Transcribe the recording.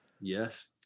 yes